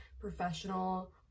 professional